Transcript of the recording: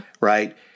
right